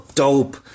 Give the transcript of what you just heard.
dope